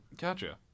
Gotcha